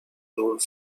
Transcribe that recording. ruled